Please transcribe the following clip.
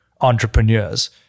entrepreneurs